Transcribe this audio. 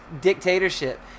dictatorship